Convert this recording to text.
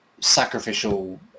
sacrificial